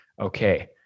Okay